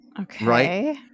Okay